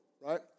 right